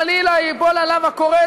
חלילה ייפול עליו הכורת,